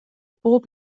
bob